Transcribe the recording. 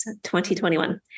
2021